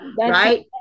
right